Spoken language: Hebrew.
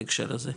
בהקשר הזה,